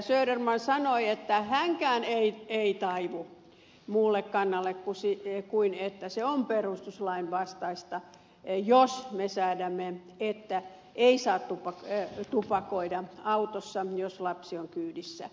söderman sanoi että hänkään ei taivu muulle kannalle kuin että se on perustuslain vastaista jos me säädämme että ei saa tupakoida autossa jos lapsi on kyydissä